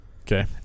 Okay